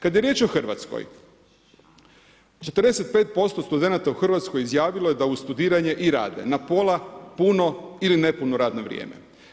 Kada je riječ o Hrvatskoj, 45% studenata u Hrvatskoj izjavilo je da uz studiranje i rade, na pola, puno ili nepuno radno vrijeme.